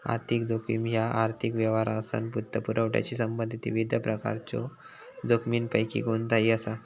आर्थिक जोखीम ह्या आर्थिक व्यवहारांसह वित्तपुरवठ्याशी संबंधित विविध प्रकारच्यो जोखमींपैकी कोणताही असा